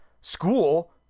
school